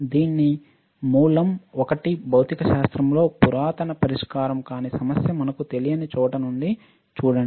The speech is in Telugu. దీని మూలం ఒకటి భౌతిక శాస్త్రంలో పురాతన పరిష్కారం కాని సమస్య మనకు తెలియని చోట నుండి చూడండి